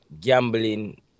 gambling